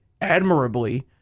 admirably